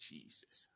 Jesus